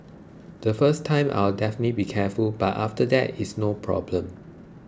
the first time I'll definitely be careful but after that it's no problem